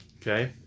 Okay